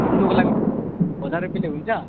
घुम्नुको लागि हजार रुपियाँले हुन्छ